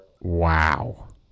Wow